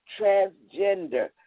transgender